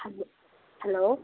hello hello